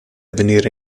venire